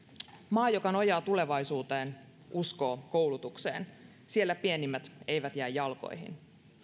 maa joka nojaa tulevaisuuteen uskoo koulutukseen siellä pienimmät eivät jää jalkoihin